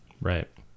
Right